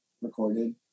recorded